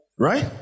Right